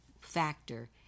factor